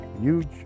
huge